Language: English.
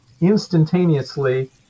instantaneously